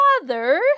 father